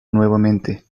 nuevamente